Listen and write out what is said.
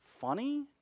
funny